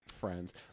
Friends